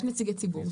יש נציגי ציבור.